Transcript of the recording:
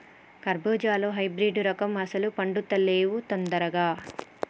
కర్బుజాలో హైబ్రిడ్ రకం అస్సలు పండుతలేవు దొందరగా